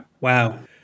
wow